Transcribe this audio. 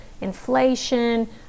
inflation